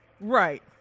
right